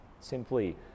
simply